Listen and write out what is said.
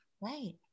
Right